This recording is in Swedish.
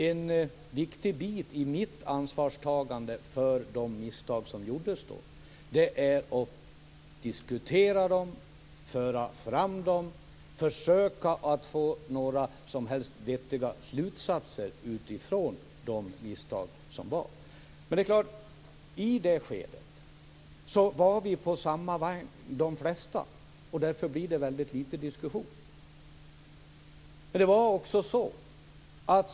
En viktig bit i mitt ansvarstagande för de misstag som gjordes då är att diskutera dem, föra fram dem, försöka få några som helst vettiga slutsatser utifrån de misstag som gjordes. I det skedet var vi, de flesta, på samma vagn, och därför blir det väldigt litet diskussion.